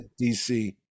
DC